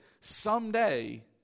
Someday